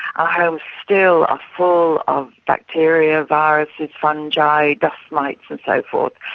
our homes still are full of bacteria viruses, fungi, dust mites and so forth.